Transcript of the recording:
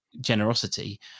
generosity